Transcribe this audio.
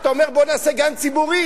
אתה אומר: בוא נעשה גן ציבורי.